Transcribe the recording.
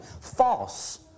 False